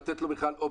לתת לו בכלל אופציה.